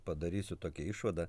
padarysiu tokią išvadą